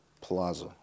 plaza